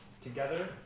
together